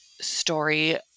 story